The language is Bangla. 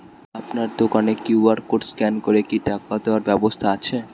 আপনার দোকানে কিউ.আর কোড স্ক্যান করে কি টাকা দেওয়ার ব্যবস্থা আছে?